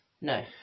No